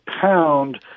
pound